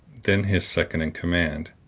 then his second in command,